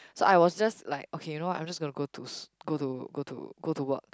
so I was just like okay you know I 'm just going to go to sch~ go to go to go to work